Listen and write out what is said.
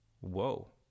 whoa